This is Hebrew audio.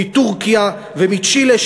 מטורקיה ומצ'ילה,